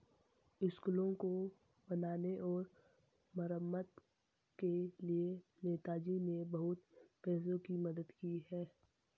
स्कूलों को बनाने और मरम्मत के लिए नेताजी ने बहुत पैसों की मदद की है